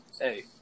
hey